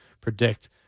predict